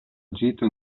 agito